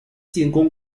进攻